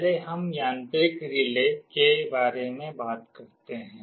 पहले हम यांत्रिक रिले के बारे में बात करते हैं